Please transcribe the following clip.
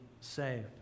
saved